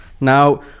Now